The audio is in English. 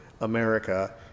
america